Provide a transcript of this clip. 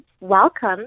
welcome